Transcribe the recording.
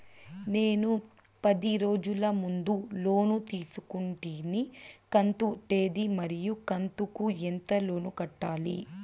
నేను పది రోజుల ముందు లోను తీసుకొంటిని కంతు తేది మరియు కంతు కు ఎంత లోను కట్టాలి?